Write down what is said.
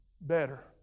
better